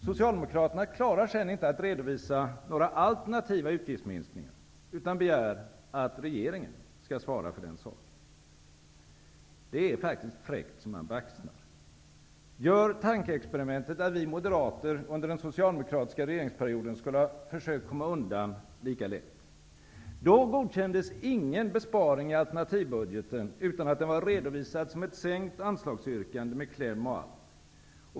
Socialdemokraterna klarar sedan inte att redovisa några alternativa utgiftsminskningar utan begär att regeringen skall svara för den saken. Det är fräckt så man baxnar! Gör tankeexperimentet att vi moderater under den socialdemokratiska regeringsperioden skulle ha försökt att komma undan lika lätt. Då godkändes ingen besparing i alternativbudgeten utan att den var redovisad som ett sänkt anslagsyrkande med kläm och allt.